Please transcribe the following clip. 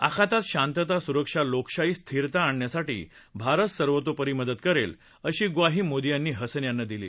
आखातात शातता सुरक्षा लोकशाही स्थिरता आणण्यासाठी भारत सर्वतोपरी मदत करेल अशी ग्वाही मोदी यांनी हसन यांना दिली